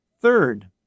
Third